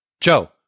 Joe